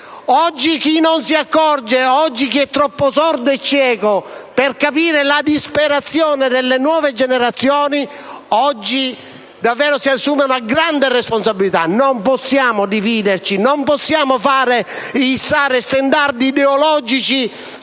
Oggi chi non si accorge, chi è troppo sordo e cieco per capire la disperazione delle nuove generazioni davvero si assume una grande responsabilità. Non possiamo dividerci; non possiamo issare stendardi ideologici